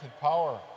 power